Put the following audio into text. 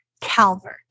Calvert